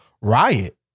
Riot